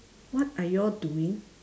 what are you all doing